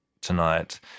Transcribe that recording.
tonight